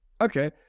Okay